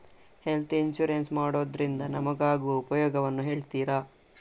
Health insurance ಮಾಡೋದ್ರಿಂದ ನಮಗಾಗುವ ಉಪಯೋಗವನ್ನು ಹೇಳ್ತೀರಾ?